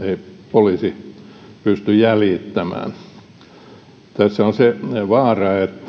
poliisi pysty jäljittämään tässä on se vaara että myös niin sanotut